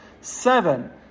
Seven